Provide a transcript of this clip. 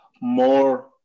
more